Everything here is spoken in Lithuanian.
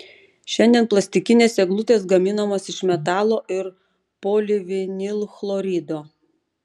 šiandien plastikinės eglutės gaminamos iš metalo ir polivinilchlorido